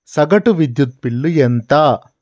సగటు విద్యుత్ బిల్లు ఎంత?